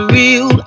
real